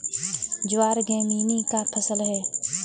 ज्वार ग्रैमीनी का फसल है